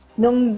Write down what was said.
nung